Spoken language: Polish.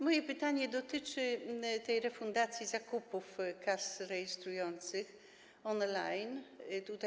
Moje pytanie dotyczy refundacji zakupów kas rejestrujących on-line.